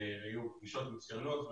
היו פגישות מצוינות.